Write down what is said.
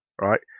right